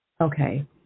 Okay